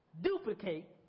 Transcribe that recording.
duplicate